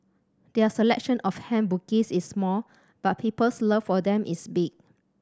their selection of hand bouquets is small but people's love for them is big